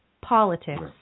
politics